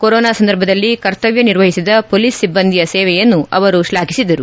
corona ಸಂದರ್ಭದಲ್ಲಿ ಕರ್ತವ್ಯ ನಿರ್ವಹಿಸಿದ ಪೊಲೀಸ್ ಸಿಬ್ಬಂದಿಯ ಸೇವೆಯನ್ನು ಅವರು ಶ್ಲಾಘಿಸಿದರು